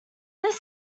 this